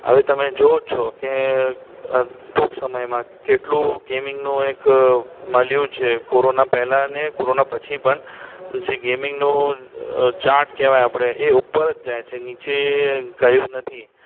હવે તમે જુઓ જ છો કે ટૂંક સમયમાં કેટલું ગેમિંગનું એક મળ્યું છે કોરોના પહેલાં અને કોરોના પછી પણ જે ગેમિંગનો ચાર્ટ કહેવાય આપણે એ ઉપર જ જાય છે નીચે ગયો નથી